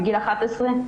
בגיל 11,